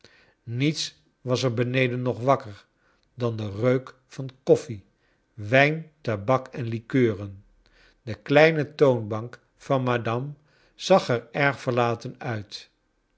niets was er beneden nog wakker dan de reuk van k of fie wijn tabak en likeuren de kleine toonbank van madame zag er erg verlaten uit